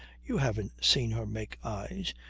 you haven't seen her make eyes.